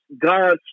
God